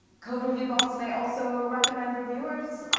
code-review bots may also recommend reviewers.